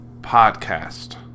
podcast